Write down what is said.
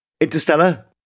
Interstellar